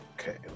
Okay